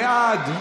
בעד,